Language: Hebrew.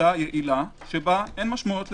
שיטה יעילה שבה אין משמעות לזמנים?